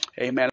Amen